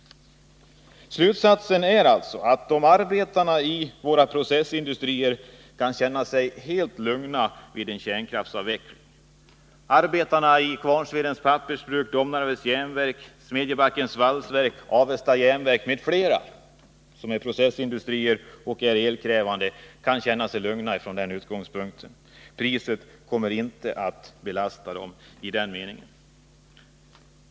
Slutsatsen är alltså att arbetarna i våra processindustrier kan känna sig helt lugna vid en kärnkraftsavveckling. Arbetarna vid Kvarnsvedens Pappersbruk, Domnarvets Jernverk, Smedjebackens Valsverk, Avesta Järnverk m.fl. —det rör sig ju här om elkrävande processindustrier — kan känna sig helt lugna från den utgångspunkten. Priset kommer inte att belasta dem i den meningen.